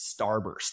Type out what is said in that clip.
starburst